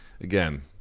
again